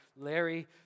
Larry